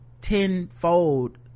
tenfold